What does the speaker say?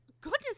Goodness